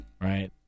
Right